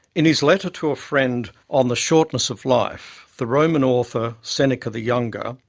in his letter to a friend on the shortness of life, the roman author, seneca the younger,